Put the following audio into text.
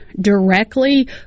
directly